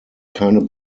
keine